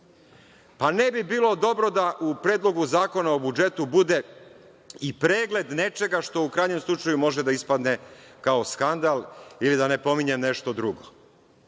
pa ne bi bilo dobro da u Predlogu zakona o budžetu bude i pregled nečega što u krajnjem slučaju može da ispadne kao skandal, da ne pominjem nešto drugo. Odmah